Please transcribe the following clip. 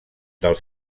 del